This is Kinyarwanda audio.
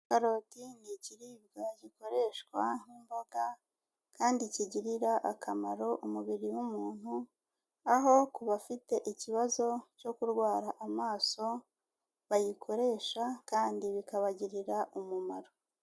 Karoti ni ikiribwa gikoreshwa nk'imboga kandi kigirira akamaro umubiri w'umuntu, aho ku bafite ikibazo cyo kurwara amaso bayikoresha kandi bikabagirira umumaro.